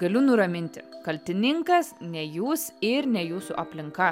galiu nuraminti kaltininkas ne jūs ir ne jūsų aplinka